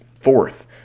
Fourth